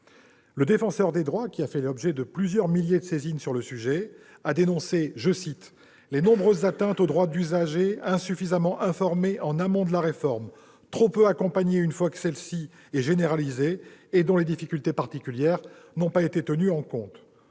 Le Défenseur des droits, qui a fait l'objet de plusieurs milliers de saisines sur le sujet, a dénoncé « les nombreuses atteintes aux droits d'usagers insuffisamment informés en amont de la réforme, trop peu accompagnés une fois celle-ci généralisée et dont les difficultés particulières [d'accès et de maîtrise